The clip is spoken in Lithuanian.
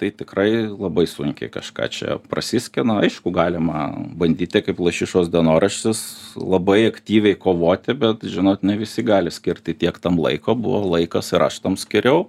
tai tikrai labai sunkiai kažką čia prasiskina aišku galima bandyti kaip lašišos dienoraštis labai aktyviai kovoti bet žinot ne visi gali skirti tiek tam laiko buvo laikas ir aš tam skyriau